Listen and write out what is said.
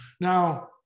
Now